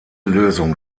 lösung